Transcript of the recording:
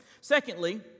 Secondly